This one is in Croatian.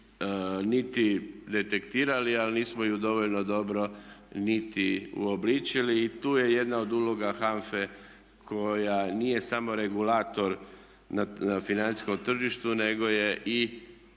niti detektirali ali nismo ju dovoljno dobro niti uobličili i tu je jedna od uloga HANFA-e koja nije samo regulator na financijskom tržištu nego je i